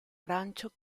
arancio